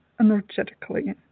energetically